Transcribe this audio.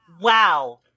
Wow